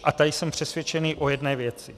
A tady jsem přesvědčený o jedné věci.